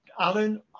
alan